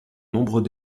nombreux